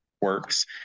works